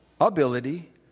ability